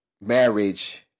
Marriage